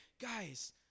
guys